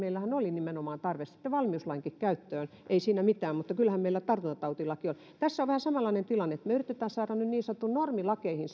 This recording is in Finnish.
meillähän oli nimenomaan tarve valmiuslainkin käyttöön ei siinä mitään mutta kyllähän meillä tartuntatautilaki on tässä on vähän samanlainen tilanne että me yritämme saada nyt niin sanottuihin normilakeihin